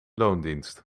loondienst